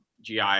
GI